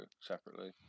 separately